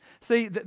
See